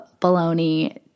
baloney